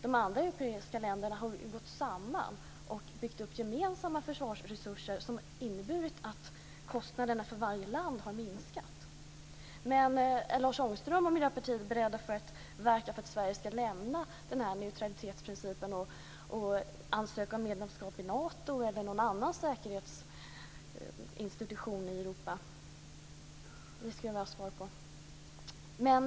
De andra europeiska länderna har gått samman och byggt upp gemensamma försvarsresurser, vilket inneburit att kostnaderna för varje land har minskat. Jag skulle vilja veta om Lars Ångström är beredd att verka för att Sverige ska lämna neutralitetsprincipen och ansöka om medlemskap i Nato eller någon annan säkerhetsinstitution i Europa. Fru talman!